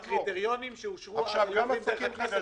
עם הקריטריונים שאושרו אז היו עוברים דרך הכנסת,